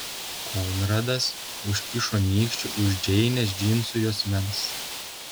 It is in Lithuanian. konradas užkišo nykštį už džeinės džinsų juosmens